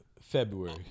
February